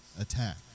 attack